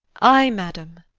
ay, madam.